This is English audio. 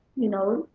you know,